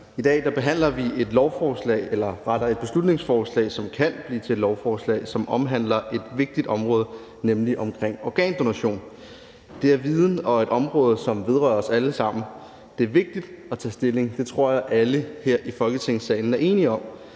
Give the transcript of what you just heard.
I dag behandler vi et beslutningsforslag, som kan blive til et lovforslag, og som omhandler et vigtigt område, nemlig organdonation. Det er et område, som vedrører os alle sammen. Det er vigtigt at tage stilling. Det tror jeg alle her i Folketingssalen er enige om.